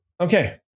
Okay